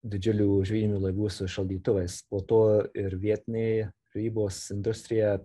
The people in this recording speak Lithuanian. didžiulių žvejynių laivų su šaldytuvais po to ir vietinė žvejybos industrija